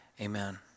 Amen